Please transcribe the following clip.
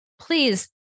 please